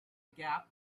gap